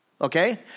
okay